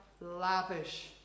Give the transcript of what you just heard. lavish